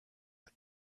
had